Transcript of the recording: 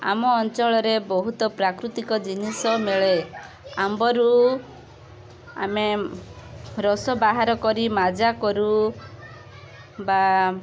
ଆମ ଅଞ୍ଚଳରେ ବହୁତ ପ୍ରାକୃତିକ ଜିନିଷ ମିଳେ ଆମ୍ବରୁ ଆମେ ରସ ବାହାର କରି ମାଜା କରୁ ବା